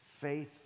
faith